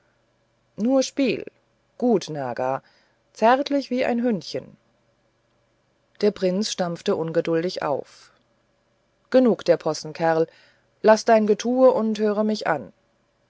nur spiel gute naga zärtlich wie ein hündchen der prinz stampfte ungeduldig auf genug der possen kerl laß dein getute und höre mich an